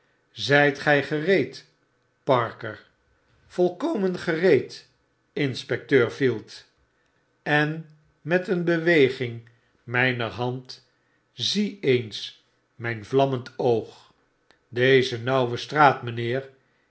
zyt gtf gereed parker volkomen gereed inspecteur field en met een beweging myner hand zie eens mjn vlammend oog deze nauwe straat mijnheer